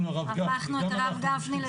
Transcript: גם אנחנו, הרב גפני.